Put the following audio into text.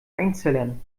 einzellern